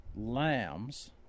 Lambs